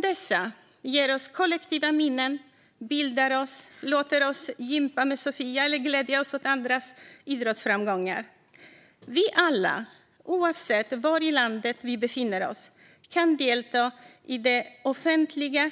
De ger oss kollektiva minnen, bildar oss och låter oss gympa med Sofia eller glädja oss åt andras idrottsframgångar. Vi alla, oavsett var i landet vi befinner oss, kan delta i det